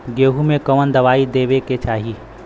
गेहूँ मे कवन दवाई देवे के चाही?